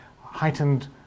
heightened